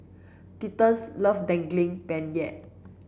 love Daging Penyet